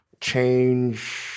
change